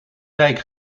dijk